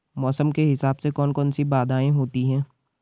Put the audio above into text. मौसम के हिसाब से कौन कौन सी बाधाएं होती हैं?